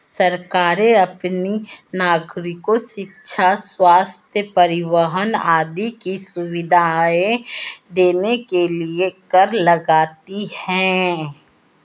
सरकारें अपने नागरिको शिक्षा, स्वस्थ्य, परिवहन आदि की सुविधाएं देने के लिए कर लगाती हैं